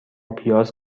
پیاز